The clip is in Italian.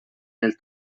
nel